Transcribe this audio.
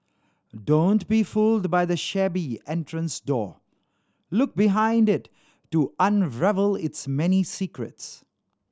don't be fooled by the shabby entrance door look behind it to unravel its many secrets